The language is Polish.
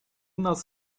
nas